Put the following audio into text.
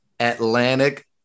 atlantic